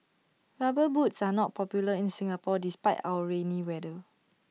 rubber boots are not popular in Singapore despite our rainy weather